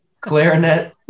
Clarinet